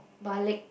balik